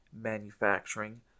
manufacturing